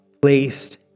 placed